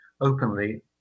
openly